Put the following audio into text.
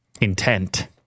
intent